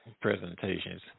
presentations